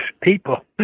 people